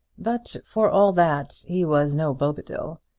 but, for all that, he was no bobadil.